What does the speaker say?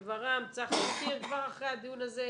ור"מ, צח מכיר כבר אחרי הדיון הזה.